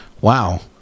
wow